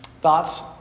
Thoughts